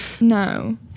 No